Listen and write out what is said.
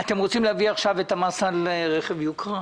להביא עכשיו את המס על רכב יוקרה?